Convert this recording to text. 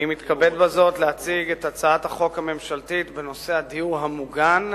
אני מתכבד בזאת להציג את הצעת החוק הממשלתית בנושא הדיור המוגן,